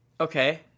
Okay